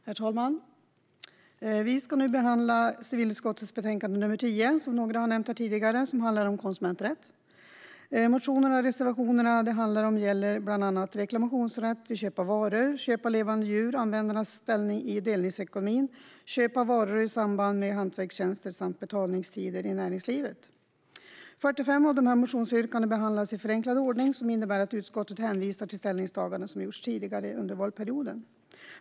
Herr talman! Vi ska nu behandla civilutskottets betänkande nr 10, som några har nämnt här tidigare, som handlar om konsumenträtt. Motionerna och reservationerna gäller bland annat reklamationsrätt vid köp av varor, köp av levande djur, användarnas ställning i delningsekonomin, köp av varor i samband med hantverkstjänster samt betaltider i näringslivet. Det är 45 motionsyrkanden som behandlas i förenklad ordning. Det innebär att utskottet hänvisar till ställningstaganden som gjorts tidigare under valperioden.